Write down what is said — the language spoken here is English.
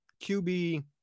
QB